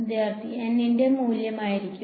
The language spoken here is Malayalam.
വിദ്യാർത്ഥി N ന്റെ മൂല്യം ആയിരിക്കും